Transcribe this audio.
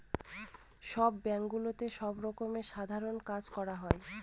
সব ব্যাঙ্কগুলোতে সব রকমের সাধারণ কাজ করা হয়